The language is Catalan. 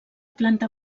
planta